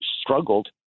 struggled